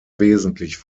wesentlich